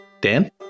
Dan